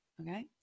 Okay